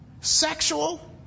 sexual